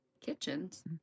Kitchens